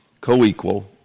co-equal